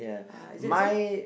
uh is it the same